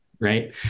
right